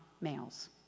males